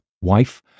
wife